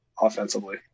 offensively